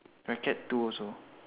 racket two also